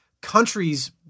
countries